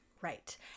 Right